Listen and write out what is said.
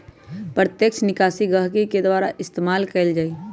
प्रत्यक्ष निकासी गहकी के द्वारा इस्तेमाल कएल जाई छई